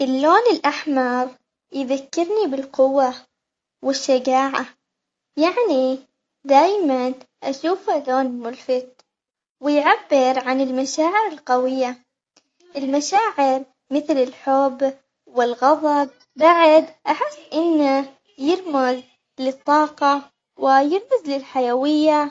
الصين عندها تاريخ قديم وثقافة عريقة، يحترون تقاليد والعائلة بشكل كبير وعندهم احتفالات مثل راس السنة الصينية، الأكل الصيني مشهور مثل النوديلز والدم- والدموبلونيز وعندها احترام كبير للفلسفة القديمة مثل الكونفوشيسو شو سيا.